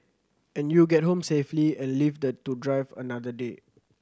and you get home safely and lived to drive another day